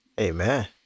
Amen